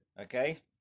okay